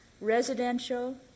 residential